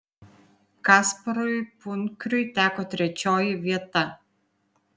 kasparui punkriui teko trečioji vieta